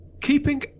keeping